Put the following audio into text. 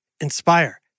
Inspire